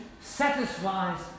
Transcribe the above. satisfies